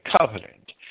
covenant